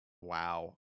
wow